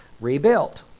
rebuilt